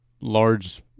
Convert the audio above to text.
large